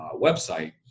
website